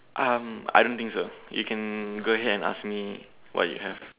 um I don't think so you can go ahead and ask me what you have